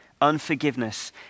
Unforgiveness